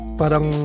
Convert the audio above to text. parang